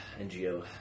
NGO